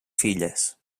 filles